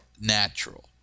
natural